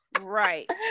Right